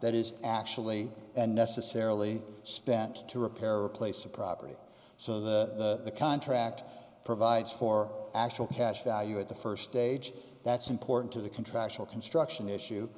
that is actually unnecessarily spent to repair or replace a property so the contract provides for actual cash value at the st stage that's important to the contractual construction issue